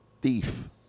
thief